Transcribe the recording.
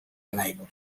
unable